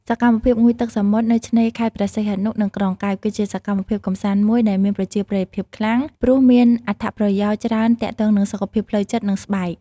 សកម្មភាពងូតទឹកសមុទ្រ នៅឆ្នេរខេត្តព្រះសីហនុ និងក្រុងកែប គឺជាសកម្មភាពកម្សាន្តមួយដែលមានប្រជាប្រិយភាពខ្លាំង ព្រោះមានអត្ថប្រយោជន៍ច្រើនទាក់ទង នឹងសុខភាពផ្លូវចិត្ត និងស្បែក។